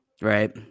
Right